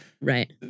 Right